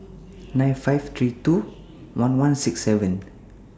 nine five three two one one six seven